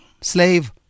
slave